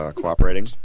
cooperating